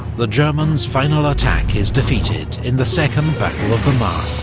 the germans' final attack is defeated in the second battle of the marne.